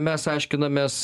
mes aiškinamės